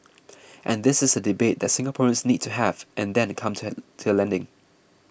and this is a debate that Singaporeans need to have and then come to an to a landing